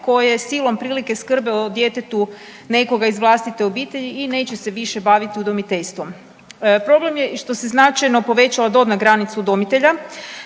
koje silom prilike skrbe o djetetu nekoga iz vlastite obitelji i neće se više baviti udomiteljstvom. Problem je i što se značajno povećala dobna granica udomitelja,